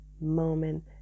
moment